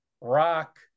rock